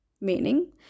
Meaning